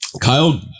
Kyle